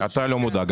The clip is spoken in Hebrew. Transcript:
אתה לא מודאג.